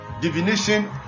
Divination